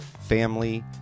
family